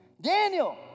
Daniel